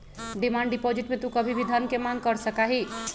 demand deposit में तू कभी भी धन के मांग कर सका हीं